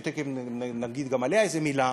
שתכף נגיד גם עליה איזו מילה